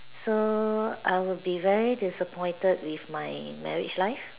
so I will be very disappointed with my marriage life